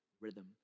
rhythm